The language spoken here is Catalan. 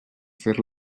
fer